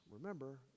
remember